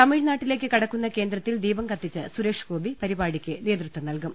തമിഴ്നാട്ടിലേക്ക് കടക്കുന്ന കേന്ദ്രത്തിൽ ദീപം കത്തിച്ച് സുരേഷ്ഗോപി പരിപാടിയ്ക്ക് നേതൃത്വം നൽകും